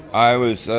i was,